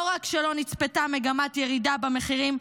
לא רק שלא נצפתה מגמת ירידה במחירים,